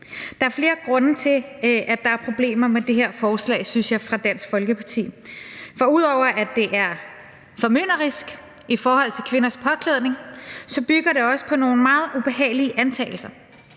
Der er flere grunde til, synes jeg, at der er problemer med det her forslag fra Dansk Folkeparti. Ud over at det er formynderisk i forhold til kvinders påklædning, bygger det også på nogle meget ubehagelige antagelser,